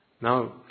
Now